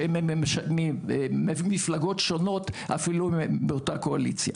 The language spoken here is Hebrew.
שהם ממפלגות שונות אפילו אם הם באותה קואליציה.